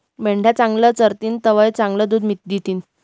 मेंढ्या चांगलं चरतीन तवय चांगलं दूध दितीन